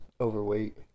Overweight